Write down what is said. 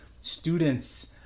students